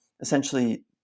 essentially